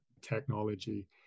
technology